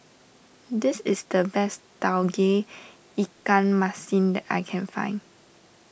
this is the best Tauge Ikan Masin that I can find